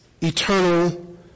eternal